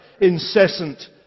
incessant